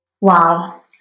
Wow